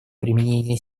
применения